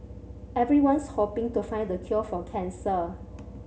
everyone's hoping to find the cure for cancer